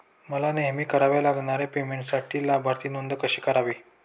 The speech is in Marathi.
मला नेहमी कराव्या लागणाऱ्या पेमेंटसाठी लाभार्थी नोंद कशी करावी?